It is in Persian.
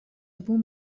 بومم